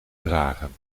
dragen